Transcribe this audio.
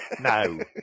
no